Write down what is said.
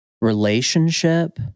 relationship